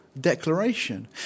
declaration